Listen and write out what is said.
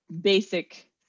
basic